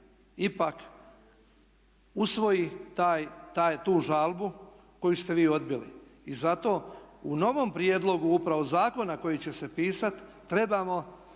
ipak usvoji tu žalbu koju ste vi odbili. I zato u novom prijedlogu upravo zakona koji će se pisati trebamo